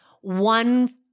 One